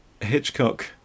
Hitchcock